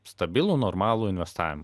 stabilų normalų investavimą